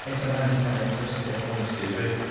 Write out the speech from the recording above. and sometimes it's something so simple and stupid.